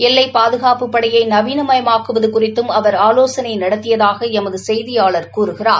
எல்லைப் பாதுகாப்புப் படையை நவீனமயமாக்குவது குறித்தும் அவர் ஆலோசனை நடத்தியதாக எமது செய்தியாளர் கூறுகிறார்